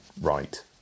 right